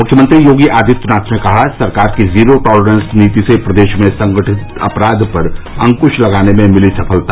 मुख्यमंत्री योगी आदित्यनाथ ने कहा सरकार की जीरो टॉलरेंस नीति से प्रदेश में संगठित अपराध पर अंक्श लगाने में मिली सफलता